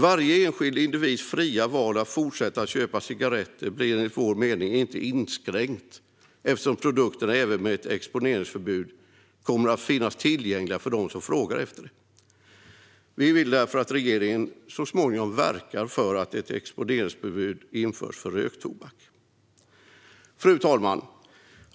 Varje enskild individs fria val att fortsätta köpa cigaretter blir enligt vår mening inte inskränkt eftersom produkterna även med ett exponeringsförbud kommer att finnas tillgängliga för dem som frågar efter dem. Vi vill därför att regeringen så småningom ska verka för ett exponeringsförbud för röktobak. Fru talman!